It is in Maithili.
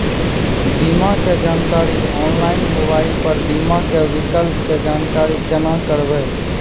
बीमा के जानकारी ऑनलाइन मोबाइल पर बीमा के विकल्प के जानकारी केना करभै?